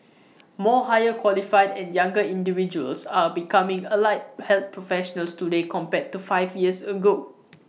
more higher qualified and younger individuals are becoming allied health professionals today compared to five years ago